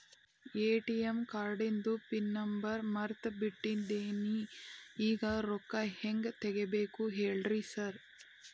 ATM ಕಾರ್ಡಿಂದು pin number ಮರ್ತ್ ಬಿಟ್ಟಿದೇನಿ ಈಗ ರೊಕ್ಕಾ ಹೆಂಗ್ ತೆಗೆಬೇಕು ಹೇಳ್ರಿ ಸಾರ್